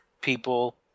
people